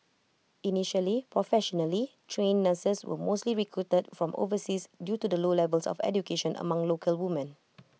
initially professionally trained nurses were mostly recruited from overseas due to the low levels of education among local woman